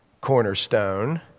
cornerstone